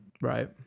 Right